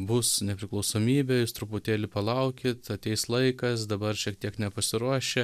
bus nepriklausomybė jūs truputėlį palaukit ateis laikas dabar šiek tiek nepasiruošę